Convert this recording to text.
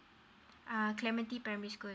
uh clementi primary school